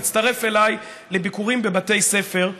להצטרף אליי לביקורים בבתי ספר,